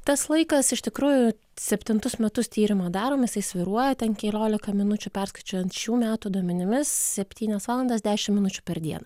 tas laikas iš tikrųjų septintus metus tyrimo daromas įsvyruoja ten kelioka minučių perskaičiuojant šių metų duomenimis septynias valandas dešimt minučių per dieną